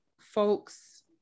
folks